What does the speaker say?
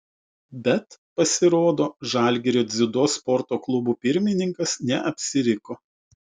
bet pasirodo žalgirio dziudo sporto klubo pirmininkas neapsiriko